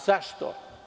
Zašto?